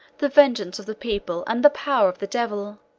the vengeance of the people, and the power of the devil